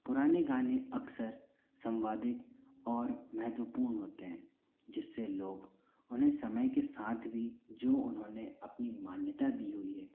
पुराने गाने अक्सर संवादित और महत्वपूर्ण होते हैं जिससे लोग उन्हें समय के साथ भी जो उन्होंने अपनी मान्यता दी हुई है